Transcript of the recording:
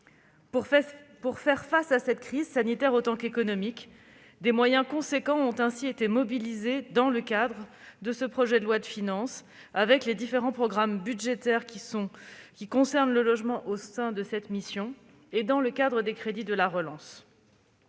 Pour faire face à cette crise, sanitaire autant qu'économique, des moyens substantiels sont mobilisés dans le cadre de ce projet de loi de finances, qu'il s'agisse des différents programmes budgétaires concernant le logement au sein de cette mission ou des crédits de la relance.